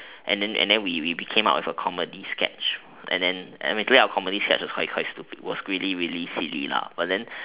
and then and then we we came up as a comedy scratch and then our comedy scratch was quite stupid was really really silly lah and then